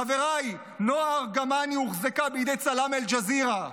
חבריי, נועה ארגמני הוחזקה בידי צלם אל-ג'זירה.